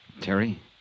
Terry